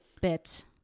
bit